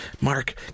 Mark